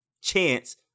chance